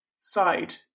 side